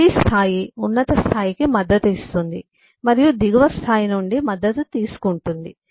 ప్రతి స్థాయి ఉన్నత స్థాయికి మద్దతు ఇస్తుంది మరియు దిగువ స్థాయి నుండి మద్దతు తీసుకుంటుంది